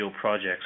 projects